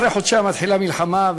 אחרי חודשיים מתחילה מלחמה,